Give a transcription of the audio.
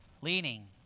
Leaning